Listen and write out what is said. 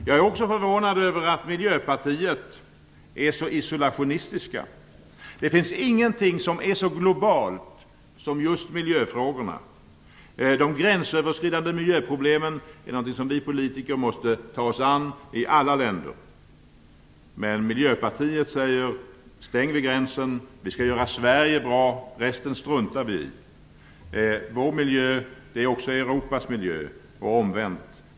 Jag är också förvånad över att man i Miljöpartiet är så isolationistiska. Det finns ingenting som är så globalt som just miljöfrågorna. De gränsöverskridande miljöproblemen är någonting vi politiker måste ta oss an i alla länder. Men Miljöpartiet säger: Stäng vid gränsen! Vi skall göra Sverige bra, resten struntar vi i. Vår miljö är också Europas miljö och omvänt.